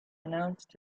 announced